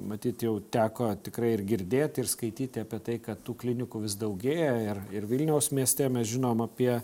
matyt jau teko tikrai ir girdėti ir skaityti apie tai kad tų klinikų vis daugėja ir ir vilniaus mieste mes žinom apie